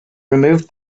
removed